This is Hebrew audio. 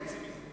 חצי מזה.